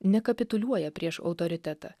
nekapituliuoja prieš autoritetą